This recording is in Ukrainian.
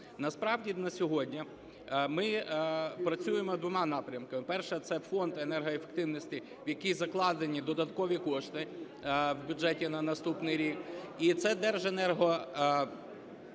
Насправді на сьогодні ми працюємо двома напрямками. Перший – це Фонд енергоефективності, в який закладено додаткові кошти в бюджеті на наступний рік. І це Держенергоефективність,